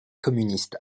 communiste